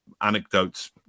anecdotes